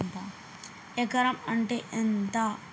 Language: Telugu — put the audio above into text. ఎకరం అంటే ఎంత?